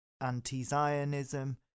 anti-Zionism